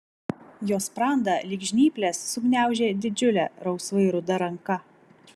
jo sprandą lyg žnyplės sugniaužė didžiulė rausvai ruda ranka